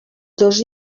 dos